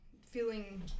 Feeling